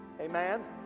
Amen